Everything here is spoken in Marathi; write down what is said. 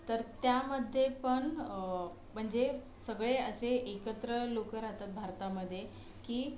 तर त्यामध्ये पण म्हणजे सगळे असे एकत्र लोकं राहतात भारतामध्ये की